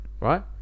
Right